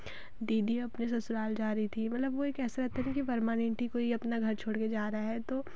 दीदी अपने ससुराल जा रही थी मतलब वह एक ऐसे की परमानेंट ही कोई अपना घर छोड़ कर जा रहा है तो